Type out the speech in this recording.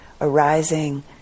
arising